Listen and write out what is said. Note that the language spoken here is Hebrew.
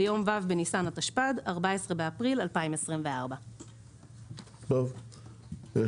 ביום ו' בניסן התשפ"ד (14 באפריל 2024). יש